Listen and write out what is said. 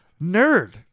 nerd